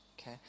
okay